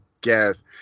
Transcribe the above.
guess